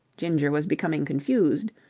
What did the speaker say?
ginger was becoming confused.